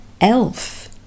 Elf